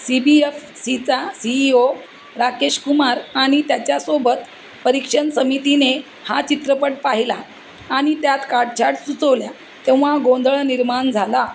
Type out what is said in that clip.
C B F सीचा C E O Rakesh Kumar आणि त्याच्यासोबत परीक्षण समितीने हा चित्रपट पाहिला आणि त्यात काटछाट सुचवल्या तेव्हा गोंधळ निर्माण झाला